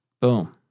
boom